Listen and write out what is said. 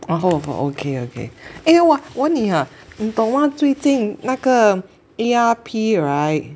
然后 oh okay okay eh 我问你啊你懂吗最近那个 E_R_P right